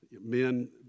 Men